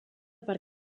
per